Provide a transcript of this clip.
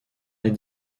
est